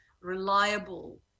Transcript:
reliable